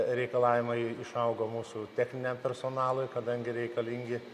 reikalavimai išaugo mūsų techniniam personalui kadangi reikalingi